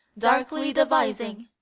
darkly devising,